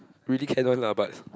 really can one lah but